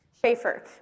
Schaefer